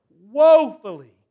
woefully